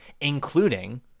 including